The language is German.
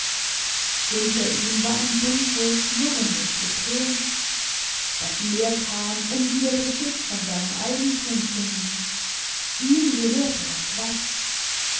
hinter ihm war ein dumpfes murrendes getön das meer kam um wieder besitz von seinem eigentum zu nehmen ihm gehörte das watt